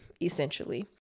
essentially